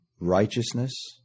righteousness